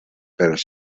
pels